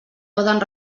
poden